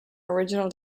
original